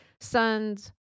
son's